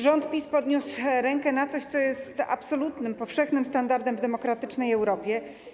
Rząd PiS podniósł rękę na coś, co jest absolutnym, powszechnym standardem w demokratycznej Europie.